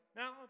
now